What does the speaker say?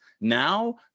Now